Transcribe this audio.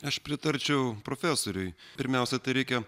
aš pritarčiau profesoriui pirmiausia reikia